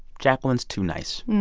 jacqueline's too nice.